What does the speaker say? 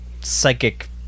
psychic